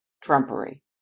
Trumpery